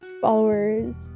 followers